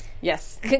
yes